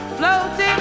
floating